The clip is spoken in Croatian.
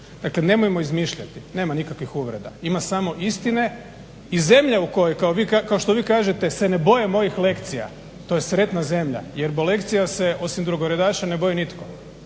Dakle, nemojmo izmišljati. Nema nikakvih uvreda, ima samo istine i zemlja u kojoj kao što vi kažete se ne boje mojih lekcija to je sretna zemlja. Jerbo lekcija se osim drugoredaša ne boji nitko.